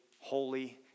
holy